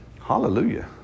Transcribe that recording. Hallelujah